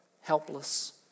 helpless